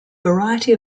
variety